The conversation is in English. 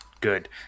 good